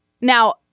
Now